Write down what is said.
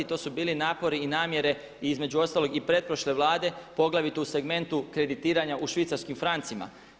To su bili napori i namjere i između ostalog i pretprošle Vlade poglavito u segmentu kreditiranja u švicarskim francima.